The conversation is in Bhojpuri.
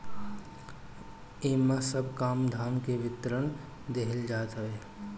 इमे सब काम धाम के विवरण देहल जात हवे